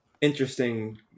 interesting